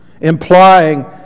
implying